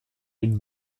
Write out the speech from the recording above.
une